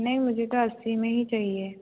नहीं मुझे तो अस्सी में ही चाहिए